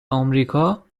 آمریکا